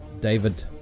David